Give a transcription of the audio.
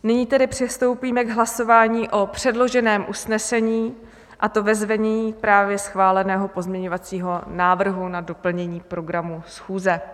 Nyní tedy přistoupíme k hlasování o předloženém usnesení, a to ve znění právě schváleného pozměňovacího návrhu na doplnění programu schůze.